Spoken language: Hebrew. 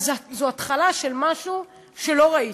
אבל זו התחלה של משהו שלא ראיתי.